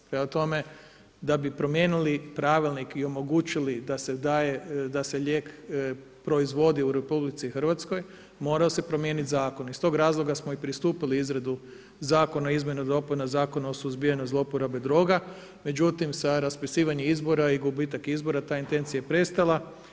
Prema tome, da bi promijenili pravilnik i omogućili da se daje, da se lijek proizvodi u RH morao se promijenit zakon, iz tog razloga smo i pristupili izradu zakona o izmjeni i dopuna Zakona o suzbijanju zlouporabe droga, međutim sa raspisivanje izbora i gubitak izbora ta intencija je prestala.